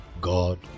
God